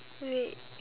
wait